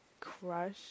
crush